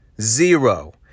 Zero